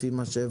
לפי מה שהבנתי.